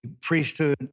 priesthood